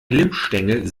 glimmstängel